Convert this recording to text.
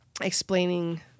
explaining